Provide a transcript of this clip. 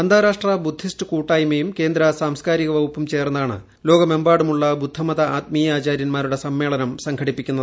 അന്താരാഷ്ട്ര ബുദ്ധിസ്റ്റ് കൂട്ടായ്മയും കേന്ദ്ര സാംസ്ട്കാരിക വകുപ്പും ചേർന്നാണ് ലോകമെമ്പാടുമുള്ള ബുദ്ധമത്യ ആത്മീയാചാര്യന്മാരുടെ സമ്മേളനം സംഘടിപ്പിക്കുന്നത്